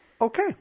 Okay